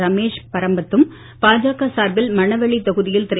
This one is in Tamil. ரமேஷ் பரம்பத்தும் பாஜக சார்பில் மணவெளி தொகுதியில் திரு